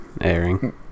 airing